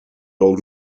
old